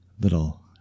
little